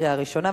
קריאה ראשונה.